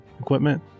equipment